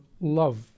love